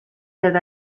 that